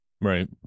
right